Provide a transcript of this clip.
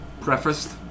prefaced